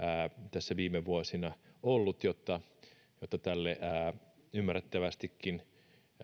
tässä viime vuosina ollut jotta jotta tälle ymmärrettävästikin